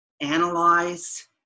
analyze